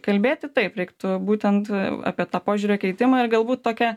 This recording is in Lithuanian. kalbėti taip reiktų būtent apie tą požiūrio keitimą ir galbūt tokią